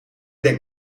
denk